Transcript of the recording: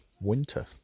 winter